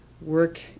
work